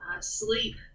sleep